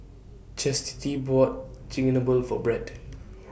Chastity bought Chigenabe For Brett